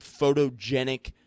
photogenic